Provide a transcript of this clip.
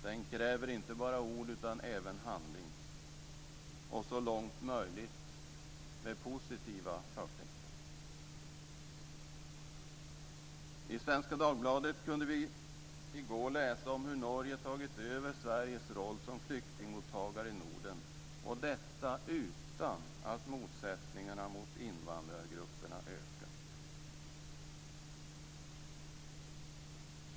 Den kräver inte bara ord utan även handling, och så långt möjligt med positiva förtecken. I Svenska Dagbladet kunde vi i går läsa om hur Norge tagit över Sveriges roll som flyktingmottagare i Norden och detta utan att motsättningarna mot invandrargrupperna ökat.